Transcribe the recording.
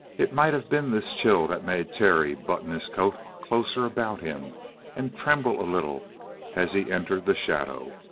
it might have been this chill that made terry button his coat closer about him and tremble a little as he entered the shadow.